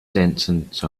sentence